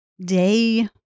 Day